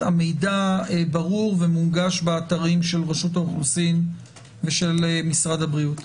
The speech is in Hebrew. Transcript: המידע ברור ומונגש באתרים של רשות האוכלוסין ושל משרד הבריאות.